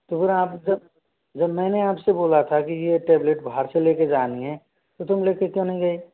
तो फिर आप जब जब मैंने आपसे बोला था कि यह टेबलेट बाहर से लेकर जानी है तुम लेकर क्यों नहीं गए